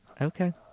Okay